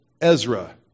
Ezra